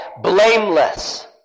blameless